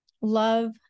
Love